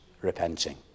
repenting